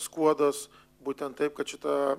skuodas būtent taip kad šita